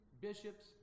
bishops